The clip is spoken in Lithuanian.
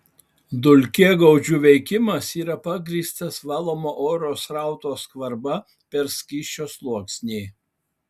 dulkėgaudžių veikimas yra pagrįstas valomo oro srauto skvarba per skysčio sluoksnį